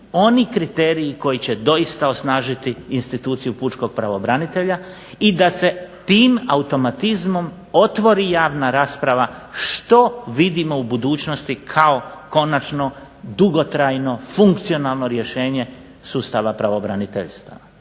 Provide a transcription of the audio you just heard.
oni kriteriji koji će doista osnažiti instituciju pučkog pravobranitelja i da se tim automatizmom otvori javna rasprava što vidimo u budućnosti kao konačno dugotrajno, funkcionalno rješenje sustava pravobraniteljstva.